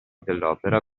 dell’opera